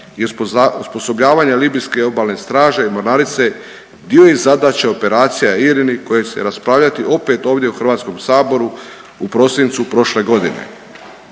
i osposobljavanje libijske obalne straže i mornarice dio je zadaća, operacija IRINI koje će se raspravljati opet ovdje u Hrvatskom saboru u prosincu prošle godine.